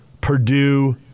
Purdue—